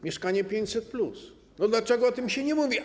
Mieszkanie 500+, dlaczego o tym się nie mówi?